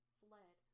fled